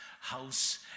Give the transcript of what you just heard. house